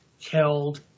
killed